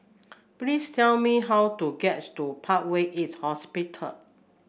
please tell me how to get to Parkway East Hospital